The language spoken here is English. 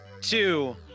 two